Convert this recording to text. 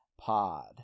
pod